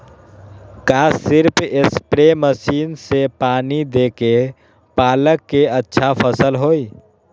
का सिर्फ spray machine से पानी देके पालक के अच्छा फसल होई?